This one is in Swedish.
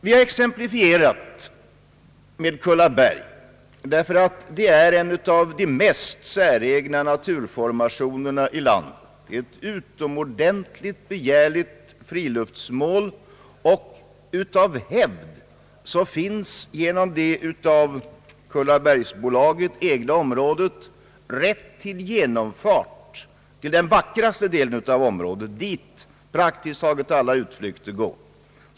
Vi har exemplifierat situationen med Kullaberg, ty det är en av de mest säregna naturformationerna i landet, ett utomordentligt begärligt friluftsmål. Av hävd finns genom det av Kullabergsbolaget ägda området rätt till genomfart till den vackraste delen av området, dit praktiskt taget alla utflykter går.